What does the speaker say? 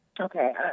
Okay